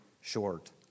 short